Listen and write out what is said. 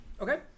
Okay